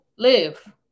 Live